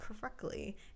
correctly